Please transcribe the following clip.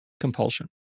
Compulsion